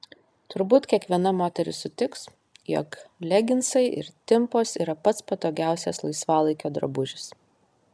turbūt kiekviena moteris sutiks jog leginsai ir timpos yra pats patogiausias laisvalaikio drabužis